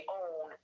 own